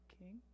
King